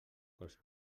cosa